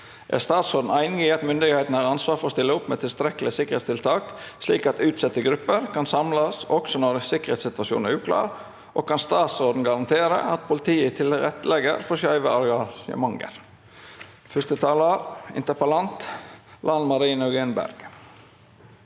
Er statsråden enig i at myndighetene har ansvar for å stille opp med tilstrekkelige sikkerhetstiltak slik at utsatte grupper kan samles også når sikkerhetssituasjonen er uklar, og kan statsråden garantere at politiet tilretteleg- ger for skeive arrangementer?» Lan Marie Nguyen Berg